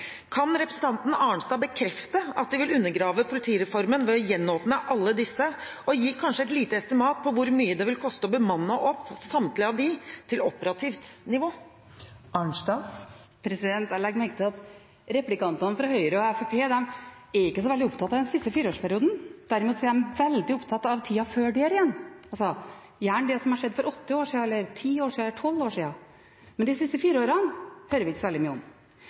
Kan representanten Arnstad bekrefte at de vil undergrave politireformen ved å gjenåpne alle disse og kanskje gi et lite estimat på hvor mye det vil koste å bemanne opp samtlige av dem til operativt nivå? Jeg legger merke til at replikantene fra Høyre og Fremskrittspartiet ikke er så veldig opptatt av den siste fireårsperioden. Derimot er de veldig opptatt av tida før der igjen, gjerne det som skjedde for åtte år siden, ti år eller tolv år siden. Men de siste fire årene hører vi ikke så veldig mye om.